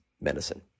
medicine